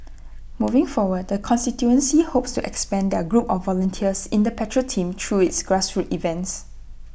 moving forward the constituency hopes to expand their group of volunteers in the patrol team through its grassroots events